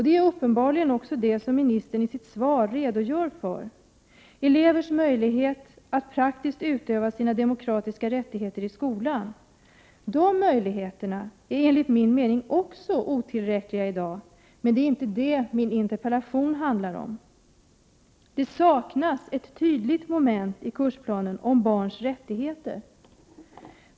Det är uppenbarligen också det som ministern i sitt svar redogör för. Också elevers möjligheter att praktiskt utöva sina demokratiska rättigheter i skolan är, enligt min mening, otillräckliga i dag. Men det är inte det min interpellation handlar om. Det saknas ett tydligt moment i kursplanen om barns rättigheter.